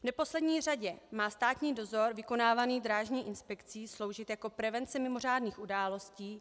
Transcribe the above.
V neposlední řadě má státní dozor vykonávaný Drážní inspekcí sloužit jako prevence mimořádných událostí.